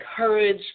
encourage